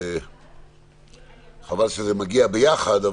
שחבל שזה מגיע ביחד,